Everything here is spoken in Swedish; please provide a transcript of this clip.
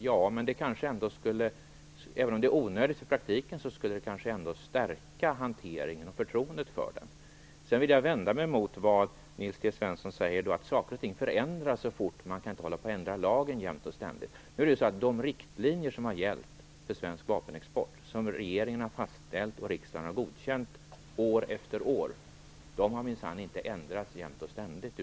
Även om det är onödigt skulle det i praktiken kanske ändå stärka förtroendet för hanteringen. Nils T Svensson sade att saker och ting förändras fort och att man inte kan hålla på att ändra lagen jämt och ständigt. Detta vill jag vända mig emot. De riktlinjer som har gällt för svensk vapenexport och som regeringen har fastställt och riksdagen har godkänt år efter år har minsann inte ändrats jämt och ständigt.